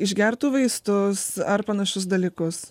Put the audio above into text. išgertų vaistus ar panašius dalykus